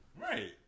Right